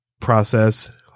Process